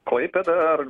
klaipėdą ar